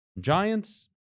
Giants